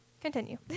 continue